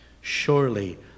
Surely